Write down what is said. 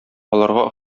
аларга